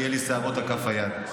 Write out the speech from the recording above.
לי יהיו שערות על כף היד.